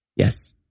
Yes